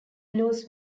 blues